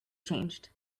changed